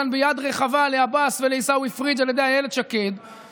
כאן ביד רחבה לעבאס ולעיסאווי פריג' על ידי אילת שקד,